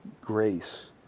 grace